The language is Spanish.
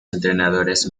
entrenadores